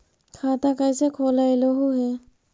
खाता कैसे खोलैलहू हे?